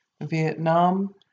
Vietnam